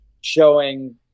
showing